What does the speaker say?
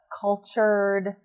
cultured